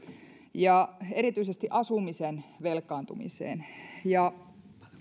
ja erityisesti asumisen velkaantumiseen ja